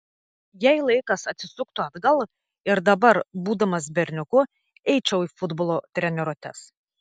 jei laikas atsisuktų atgal ir dabar būdamas berniuku eičiau į futbolo treniruotes